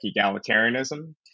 egalitarianism